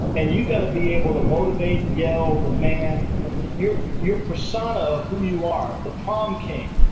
and you've got to be able to motivate, yell, demand. your your persona of who you are, the prom king,